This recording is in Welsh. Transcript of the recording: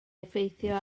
effeithio